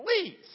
please